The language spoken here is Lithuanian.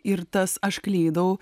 ir tas aš klydau